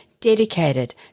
dedicated